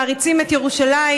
מעריצים את ירושלים,